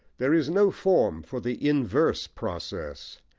there is no form for the inverse process,